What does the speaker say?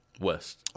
West